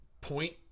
point